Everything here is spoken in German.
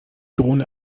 drohne